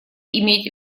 иметь